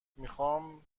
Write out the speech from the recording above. میخام